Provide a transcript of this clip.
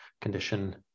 condition